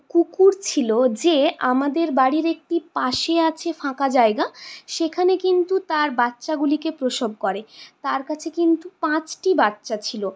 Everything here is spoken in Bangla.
কুকুর ছিল যে আমাদের বাড়ির একটি পাশে আছে ফাঁকা জায়গা সেখানে কিন্তু তার বাচ্চাগুলিকে প্রসব করে তার কাছে কিন্তু পাঁচটি বাচ্চা ছিল